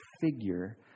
figure